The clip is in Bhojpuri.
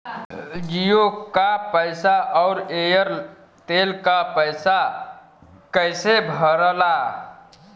जीओ का पैसा और एयर तेलका पैसा कैसे भराला?